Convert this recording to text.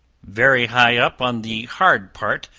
very high up on the hard part,